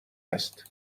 است